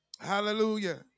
Hallelujah